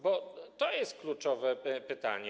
Bo to jest kluczowe pytanie.